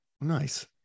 Nice